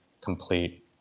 complete